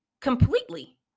Completely